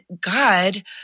God